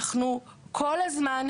אנחנו כל הזמן,